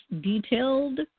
detailed